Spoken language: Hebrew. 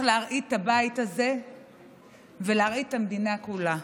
להרעיד את הבית הזה ולהרעיד את המדינה כולה.